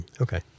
Okay